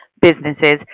businesses